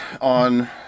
on